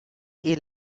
est